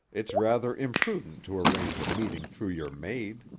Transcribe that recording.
it's rather imprudent to arrange a meeting through your maid.